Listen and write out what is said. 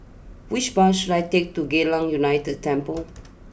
which bus should I take to Geylang United Temple